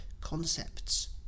concepts